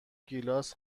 گیلاس